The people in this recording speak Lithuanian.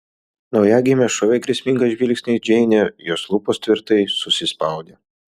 naujagimė šovė grėsmingą žvilgsnį į džeinę jos lūpos tvirtai susispaudė